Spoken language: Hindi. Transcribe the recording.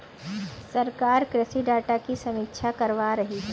सरकार कृषि डाटा की समीक्षा करवा रही है